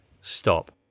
stop